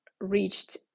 reached